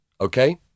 Okay